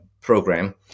program